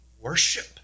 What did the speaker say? worship